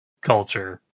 culture